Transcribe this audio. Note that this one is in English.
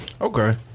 okay